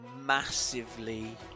massively